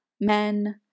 men